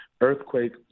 Earthquake